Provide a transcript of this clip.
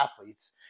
athletes